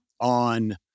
on